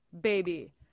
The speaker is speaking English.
baby